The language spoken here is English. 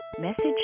Message